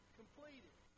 completed